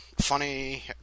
Funny